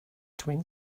twin